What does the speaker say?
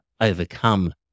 overcome